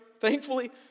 Thankfully